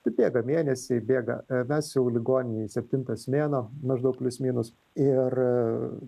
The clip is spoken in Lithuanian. tai bėga mėnesiai bėga mes jau ligoninėj septintas mėnuo maždaug plius minus ir